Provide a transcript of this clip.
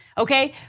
okay?